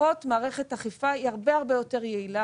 מערכת אכיפה היא הרבה הרבה יותר יעילה